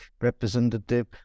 representative